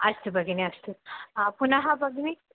अस्तु भगिनि अस्तु पुनः भगिनि